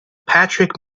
patrick